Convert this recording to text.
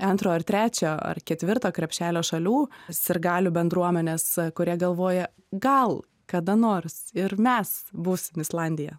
antro ar trečio ar ketvirto krepšelio šalių sirgalių bendruomenės kurie galvoja gal kada nors ir mes būsime islandija